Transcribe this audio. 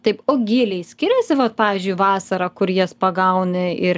taip o gyliai skiriasi vat pavyzdžiui vasarą kur jas pagauni ir